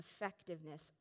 effectiveness